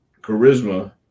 charisma